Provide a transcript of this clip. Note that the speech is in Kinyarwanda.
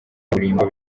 kaburimbo